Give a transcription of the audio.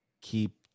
keep